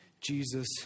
Jesus